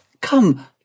Come